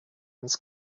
ins